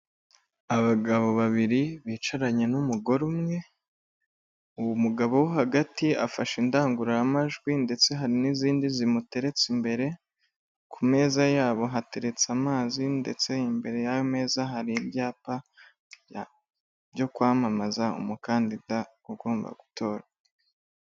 Abagabo babiri bicaranye n'umugore umwe, uwo mugabo wo hagati afashe indangururamajwi ndetse hari n'izindi zimuteretse imbere, ku meza yabo hateretse amazi ndetse imbere y'ameza hari ibyapa byo kwamamaza umukandida ugomba gutorwa.